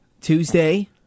Tuesday